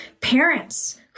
parents